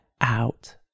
out